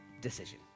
decision